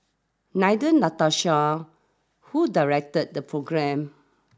Neither Natasha who directed the programme